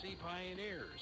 pioneers